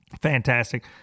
Fantastic